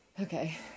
Okay